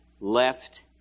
Left